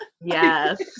Yes